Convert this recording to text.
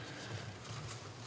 Hvala